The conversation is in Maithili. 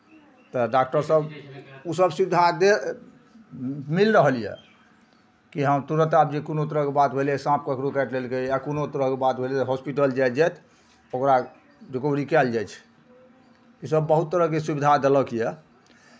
तऽ डॉक्टरसभ ओसभ सुविधा दे मिल रहल यए कि हँ तुरन्त आब जे कोनो तरहके बात भेलै साँप ककरो काटि लेलकै या कोनो तरहके बात भेलै हॉस्पिटल जाइत जाइत ओकरा रिकवरी कयल जाइ छै इसभ बहुत तरहके सुविधा देलक यए